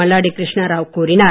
மல்லாடி கிருஷ்ணா ராவ் கூறினார்